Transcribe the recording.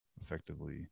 effectively